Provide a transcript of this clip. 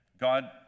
God